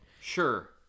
Sure